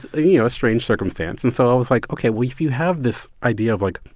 ah you know a strange circumstance. and so i was like, ok, well, if you have this idea of, like,